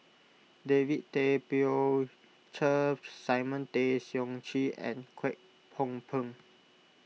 David Tay Poey Cher Simon Tay Seong Chee and Kwek Hong Png